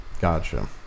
Gotcha